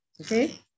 okay